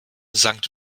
sankt